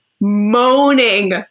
moaning